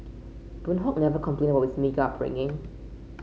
Boon Hock never complained about his meagre upbringing